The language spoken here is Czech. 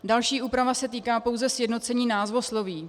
Další úprava se týká pouze sjednocení názvosloví.